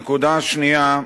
הנקודה השנייה,